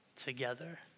together